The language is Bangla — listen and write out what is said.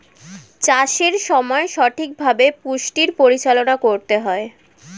চাষের সময় সঠিকভাবে পুষ্টির পরিচালনা করতে হয়